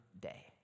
day